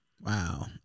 Wow